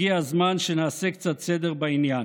הגיע זמן שנעשה קצת סדר בעניין.